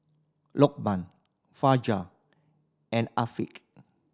Lokman Fajar and Afiq